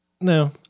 No